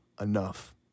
enough